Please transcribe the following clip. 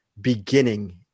Beginning